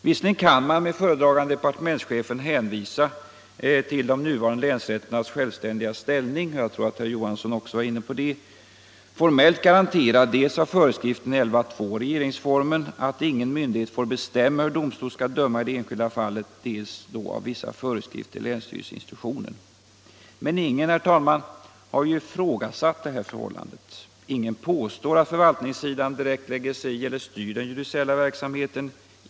Visserligen kan man med föredragande departementschefen hänvisa — jag tror också herr Johansson i Trollhättan var inne på detta — till de nuvarande länsrätternas självständiga ställning, formellt garanterad dels av 11 kap. 2 § regeringsformen att ingen myndighet får bestämma hur domstol skall döma i det enskilda fallet, dels av vissa föreskrifter i länsstyrelseinstruktionen. Men ingen, herr talman, har ju ifrågasatt detta förhållande. Ingen påstår att förvaltningssidan direkt lägger sig i eller styr den judiciella verksamheten.